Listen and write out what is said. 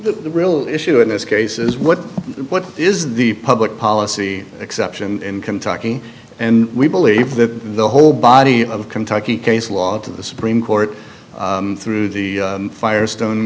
the real issue in this case is what what is the public policy exception in kentucky and we believe the whole body of kentucky case law to the supreme court through the firestone